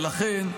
ולכן,